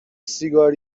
سیگارو